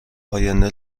آینده